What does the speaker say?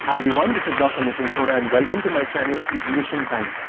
hi everyone! this is dr. nitin chhoda and welcome to my channel ignition time.